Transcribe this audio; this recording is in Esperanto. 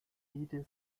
vidis